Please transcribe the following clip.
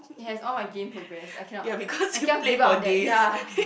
it has all of my game progress I cannot I cannot give up on that ya